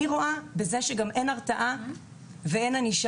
אני רואה שאין הרתעה וענישה,